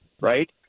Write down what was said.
right